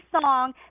song